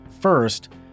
First